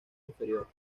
inferior